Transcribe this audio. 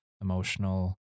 emotional